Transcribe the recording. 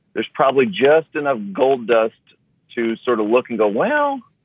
there's probably just enough gold dust to sort of looking to, well,